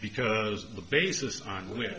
because the basis on wh